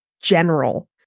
general